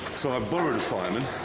so, i've borrowed a fireman.